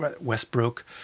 westbrook